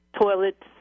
toilets